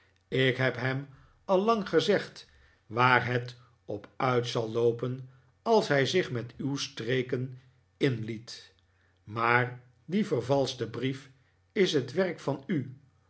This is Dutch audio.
ik heb hem al lang gezegd waar het op uit zal loopen als hij zich met uw streken inliet maar die vervalschte brief is het werk van u